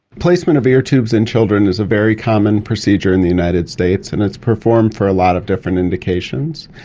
placement of air tubes in children is a very common procedure in the united states and it's performed for a lot of different indications.